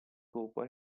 scopo